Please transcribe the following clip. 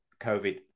COVID